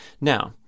now